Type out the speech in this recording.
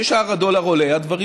כששער הדולר עולה הדברים